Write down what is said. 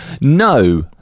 No